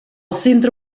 centre